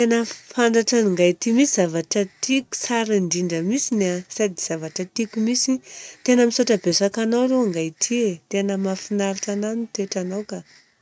Tena fantatran'ingaity mintsy zavatra tiako tsara indrindra mintsiny a, sady zavatra tiako mintsiny, tena misaotra betsaka anao arô angaity e. Tena mahafinaritra anahy ny toetra anao ka!